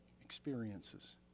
experiences